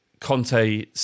Conte